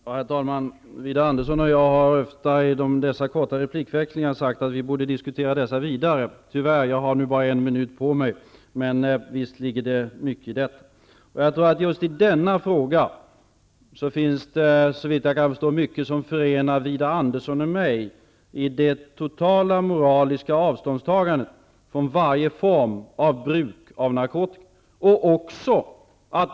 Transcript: Herr talman! Widar Andersson och jag har ofta i dessa korta replikväxlingar sagt att vi borde diskutera detta vidare. Jag har tyvärr bara en minut på mig nu, men det ligger mycket i detta. Det finns mycket som förenar Widar Andersson och mig i denna fråga, såvitt jag kan förstå. Det gäller det totala moraliska avståndstagandet från varje form av bruk av narkotika.